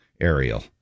aerial